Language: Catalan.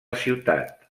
ciutat